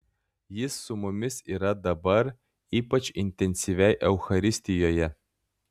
jis su mumis yra dabar ypač intensyviai eucharistijoje